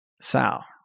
Sal